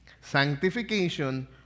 Sanctification